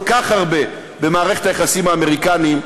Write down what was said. כך הרבה במערכת היחסים עם האמריקנים?